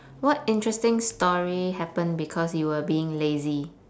what interesting story happened because you were being lazy